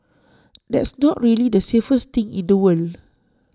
that's not really the safest thing in the world